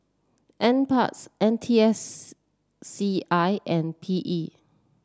NParks N T S C I and P E